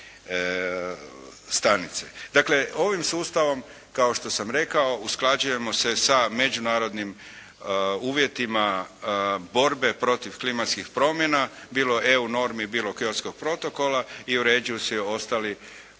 Dakle, ovim sustavom kao što sam rekao, usklađujemo se sa međunarodnim uvjetima borbe protiv klimatskih promjena, bilo EU normi, bilo Kyotskog protokola i uređuju se ostali uvjeti